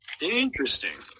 Interesting